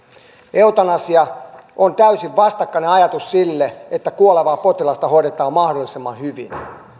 eutanasia on täysin vastakkainen ajatus sille että kuolevaa potilasta hoidetaan mahdollisimman hyvin